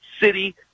city